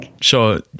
Sure